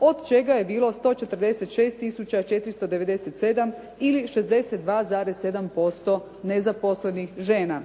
od čega je bilo 146 tisuća 497 ili 62,7% nezaposlenih žena.